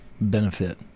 benefit